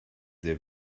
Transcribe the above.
sehr